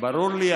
ברור לי.